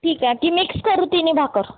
ठीक आहे की मिक्स करू तिन्ही भाकरी